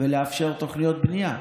ולאפשר תוכניות בנייה.